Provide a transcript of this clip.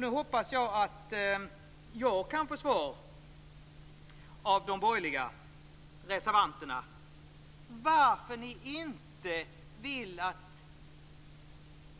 Nu hoppas jag att jag kan få svar av de borgerliga reservanterna på varför ni inte vill att